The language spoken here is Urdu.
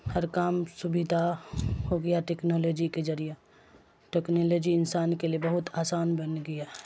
ہر کام سویدھا ہو گیا ٹکنالوجی کے ذریعہ ٹکنالوجی انسان کے لیے بہت آسان بن گیا